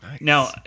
now